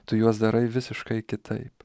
tu juos darai visiškai kitaip